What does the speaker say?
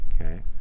Okay